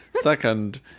Second